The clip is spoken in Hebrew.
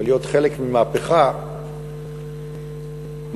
ולהיות חלק ממהפכה מדעית,